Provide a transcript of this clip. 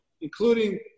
including